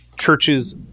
churches